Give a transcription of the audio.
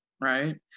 right